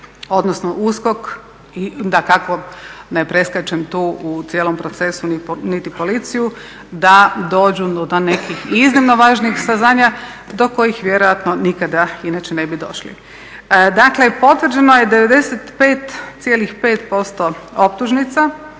odnosno USKOK i dakako ne preskačem tu u cijelom procesu niti policiju da dođu do nekih iznimno važnih saznanja do kojih vjerojatno nikada inače ne bi došli. Dakle potvrđeno je u 95,5% optužnica